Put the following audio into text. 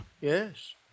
Yes